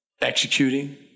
Executing